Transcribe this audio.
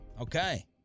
Okay